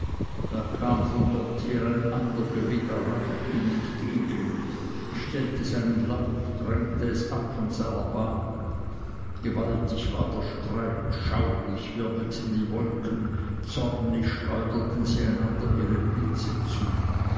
da kam von dorther ein ander gewitter rasch ihm entgegen stellte seinen lauf drängte es ab von seiner bahn gewaltig war der streit schaurig wirbelten die wolken zornig schleuderten sie einander ihre blitze zu